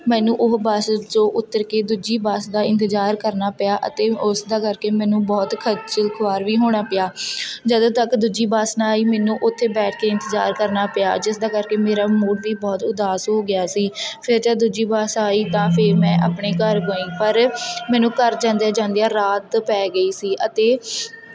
ਮੈਨੂੰ ਉਹ ਬੱਸ 'ਚੋ ਉੱਤਰ ਕੇ ਦੂਜੀ ਬੱਸ ਦਾ ਇੰਤਜ਼ਾਰ ਕਰਨਾ ਪਿਆ ਅਤੇ ਉਸ ਦਾ ਕਰਕੇ ਮੈਨੂੰ ਬਹੁਤ ਖੱਜਲ ਖੁਆਰ ਵੀ ਹੋਣਾ ਪਿਆ ਜਦੋਂ ਤੱਕ ਦੂਜੀ ਬੱਸ ਨਾ ਆਈ ਮੈਨੂੰ ਉੱਥੇ ਬੈਠ ਕੇ ਇੰਤਜ਼ਾਰ ਕਰਨਾ ਪਿਆ ਜਿਸਦਾ ਕਰਕੇ ਮੇਰਾ ਮੂਡ ਵੀ ਬਹੁਤ ਉਦਾਸ ਹੋ ਗਿਆ ਸੀ ਫਿਰ ਜਦ ਦੂਜੀ ਬੱਸ ਆਈ ਤਾਂ ਫਿਰ ਮੈਂ ਆਪਣੇ ਘਰ ਗਈ ਪਰ ਮੈਨੂੰ ਘਰ ਜਾਂਦਿਆਂ ਜਾਂਦਿਆਂ ਰਾਤ ਪੈ ਗਈ ਸੀ ਅਤੇ